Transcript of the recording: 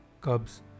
cubs